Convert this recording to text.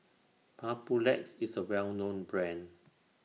Papulex IS A Well known Brand